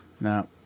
No